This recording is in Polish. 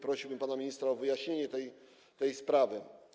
Prosiłbym pana ministra o wyjaśnienie tej sprawy.